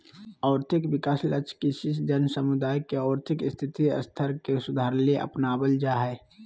और्थिक विकास लक्ष्य किसी जन समुदाय के और्थिक स्थिति स्तर के सुधारेले अपनाब्ल जा हइ